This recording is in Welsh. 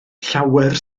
llawer